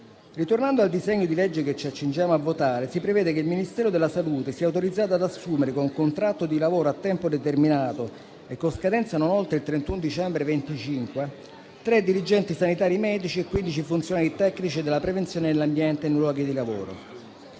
Ritornando al disegno di legge che ci accingiamo a votare, si prevede che il Ministero della salute sia autorizzato ad assumere - con contratto di lavoro a tempo determinato e con scadenza non oltre il 31 dicembre 2025 - tre dirigenti sanitari medici e 15 funzionari tecnici della prevenzione nell'ambiente e nei luoghi di lavoro.